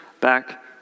back